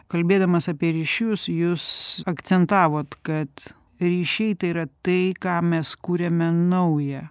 kalbėdamas apie ryšius jūs akcentavot kad ryšiai tai yra tai ką mes kuriame naują